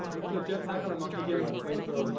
we put a jetpack on a monkey, gave him a flamethrower.